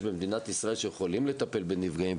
במדינת ישראל שיכולים לטפל בנפגעים,